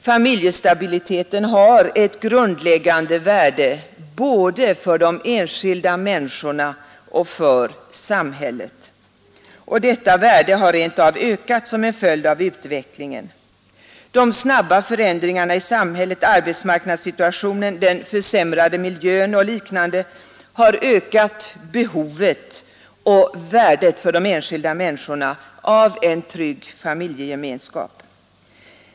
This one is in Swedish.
Familjestabiliteten har ett grundläggande värde både för de enskilda människorna och för samhället. Detta värde har rent av ökat som en följd av utvecklingen. De snabba indringarna i samhället, arbetsmarknadssituationen, den försämrade miljön och liknande har ökat behovet och värdet av en trygg familjegemenskap för de enskilda människorna.